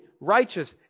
righteous